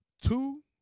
two